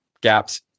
gaps